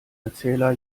erzähler